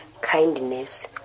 kindness